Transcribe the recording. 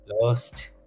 lost